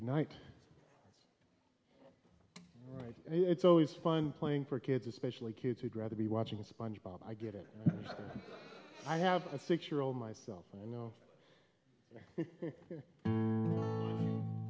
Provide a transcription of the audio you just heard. night it's always fun playing for kids especially kids who'd rather be watching sponge bob i get it i have a six year old myself and know m